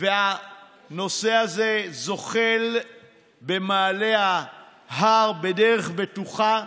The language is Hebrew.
והנושא הזה זוחל במעלה ההר בדרך בטוחה.